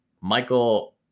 Michael